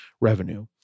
revenue